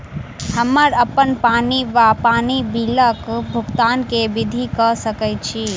हम्मर अप्पन पानि वा पानि बिलक भुगतान केँ विधि कऽ सकय छी?